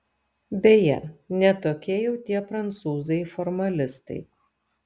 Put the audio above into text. beje ne tokie jau tie prancūzai formalistai